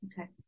okay